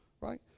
right